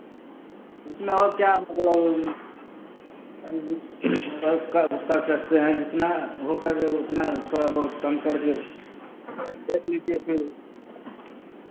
उसमें और क्या मतलब कर कर सकते हैं जितना वो करके उतना थोड़ा बहुत कम करके देख लीजिए फिर